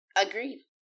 Agreed